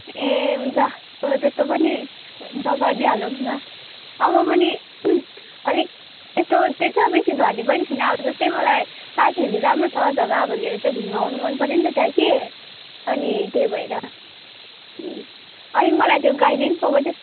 ए हुन्छ अब त्यस्तो पनि नगरिदिई हाल्नुहोस् न अब म पनि अलिक त्यस्तो त्यस्तो बेसी धनी पनि छुइनँ अब जस्तै मलाई साथीहरूले राम्रो छ जग्गा भनेर चाहिँ घुम्नु आउनु मनपऱ्यो नि त त्यहाँ कि अनि त्यही भएर अनि मलाई त्यो गाइडेन्सको मात्रै